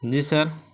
جی سر